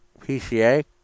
PCA